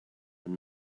and